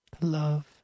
Love